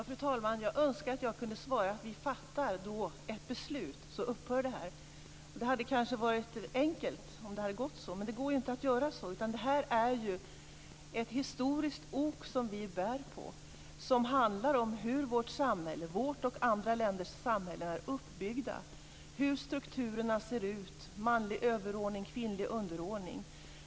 Fru talman! Jag önskar att jag kunde svara att detta upphör om vi fattar ett beslut. Det hade kanske varit enkelt, men det går inte att göra så. Detta är ett historiskt ok som vi bär på och som handlar om hur vårt och andra länders samhällen är uppbyggda och hur strukturerna ser ut - kvinnlig underordning, manlig överordning.